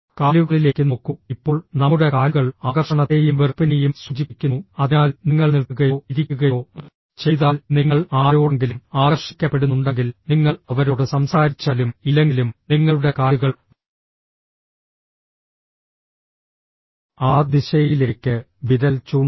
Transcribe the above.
കാലുകളിലേക്ക് നോക്കൂ ഇപ്പോൾ നമ്മുടെ കാലുകൾ ആകർഷണത്തെയും വെറുപ്പിനെയും സൂചിപ്പിക്കുന്നു അതിനാൽ നിങ്ങൾ നിൽക്കുകയോ ഇരിക്കുകയോ ചെയ്താൽ നിങ്ങൾ ആരോടെങ്കിലും ആകർഷിക്കപ്പെടുന്നുണ്ടെങ്കിൽ നിങ്ങൾ അവരോട് സംസാരിച്ചാലും ഇല്ലെങ്കിലും നിങ്ങളുടെ കാലുകൾ ആ ദിശയിലേക്ക് വിരൽ ചൂണ്ടും